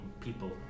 people